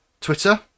Twitter